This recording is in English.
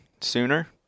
sooner